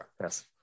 yes